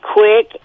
Quick